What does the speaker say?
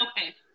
Okay